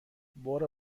برو